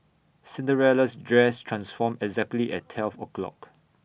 Cinderella's dress transformed exactly at twelve o'clock